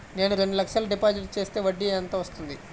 నేను రెండు లక్షల డిపాజిట్ చేస్తే వడ్డీ ఎంత వస్తుంది?